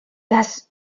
das